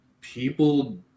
People